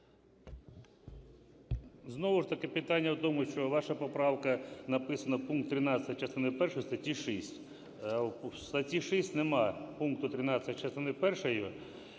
Знову ж таки питання в тому, що ваша поправка, написано: "У пункті 13 частини першої статті 6…" У статті 6 немає пункту 13 частини